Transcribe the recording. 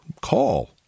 call